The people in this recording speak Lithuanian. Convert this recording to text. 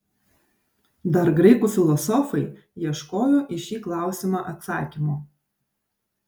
dar graikų filosofai ieškojo į šį klausimą atsakymo